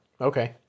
Okay